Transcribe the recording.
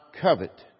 covet